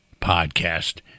podcast